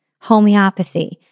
homeopathy